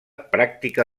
pràctica